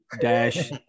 dash